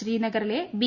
ശ്രീനഗറിലെ ബി